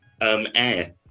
air